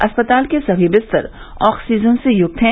अस्पताल के सभी विस्तर ऑक्सीजन से युक्त हैं